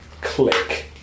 click